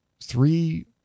three